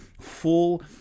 full